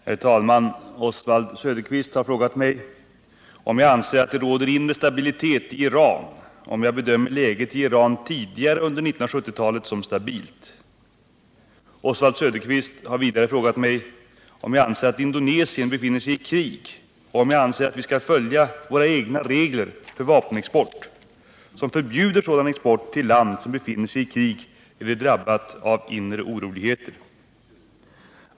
Herr talman! Oswald Söderqvist har frågat mig om jag anser att det råder inre stabilitet i Iran och om jag bedömer läget i Iran tidigare under 1970-talet som stabilt. Oswald Söderqvist har vidare frågat mig om jag anser att Indonesien befinner sig i krig och om jag anser att vi skall följa våra egna regler för vapenexport, som förbjuder sådan export till land som befinner sig i krig eller är drabbat av inre oroligheter.